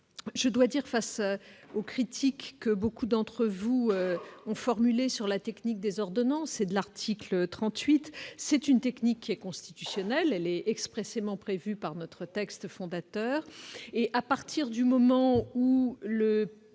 je dois dire, face aux critiques que beaucoup d'entre vous ont formulé sur la technique des ordonnances et de l'article 38 c'est une technique qui est constitutionnel est expressément prévu par notre texte fondateur et à partir du moment où le